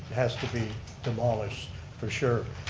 has to be demolished for sure.